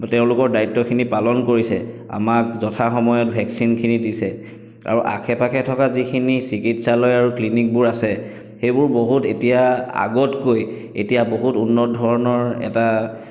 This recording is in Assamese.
তেওঁলোকৰ দ্বায়িত্বখিনি পালন কৰিছে আমাক যথাসময়ত ভেক্সিনখিনি দিছে আৰু আশে পাশে থকা যিখিনি চিকিৎসালয় আৰু ক্লিনিকবোৰ আছে সেইবোৰ বহুত এতিয়া আগতকৈ এতিয়া বহুত উন্নত ধৰণৰ এটা